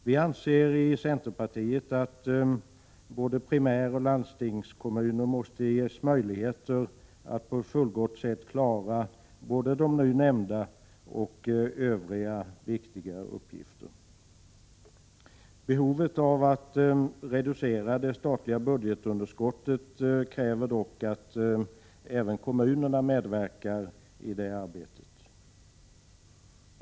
Vi i centerpartiet anser att både primäroch landstingskommunerna måste ges möjligheter att på ett fullgott sätt klara såväl de nu nämnda som övriga viktiga uppgifter. Behovet av att reducera det statliga budgetunderskottet kräver dock att även kommunerna medverkar i det arbetet.